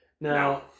now